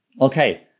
Okay